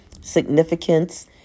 Significance